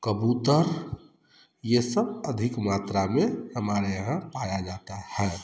कबूतर ये सब अधिक मात्रा में हमारे यहाँ पाया जाता है